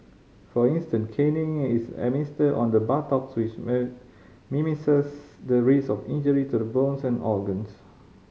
for instance caning is administered on the buttocks which minimises the risk of injury to the bones and organs